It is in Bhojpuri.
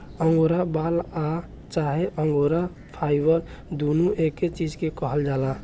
अंगोरा बाल आ चाहे अंगोरा फाइबर दुनो एके चीज के कहल जाला